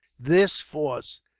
this force,